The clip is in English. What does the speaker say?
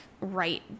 right